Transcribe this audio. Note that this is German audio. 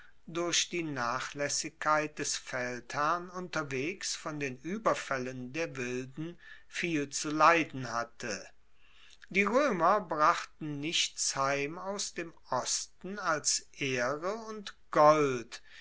durch die nachlaessigkeit des feldherrn unterwegs von den ueberfaellen der wilden viel zu leiden hatte die roemer brachten nichts heim aus dem osten als ehre und gold